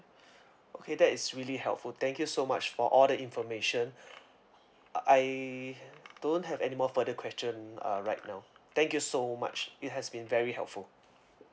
okay that is really helpful thank you so much for all the information I don't have any more further question uh right now thank you so much it has been very helpful